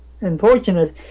unfortunate